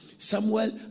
Samuel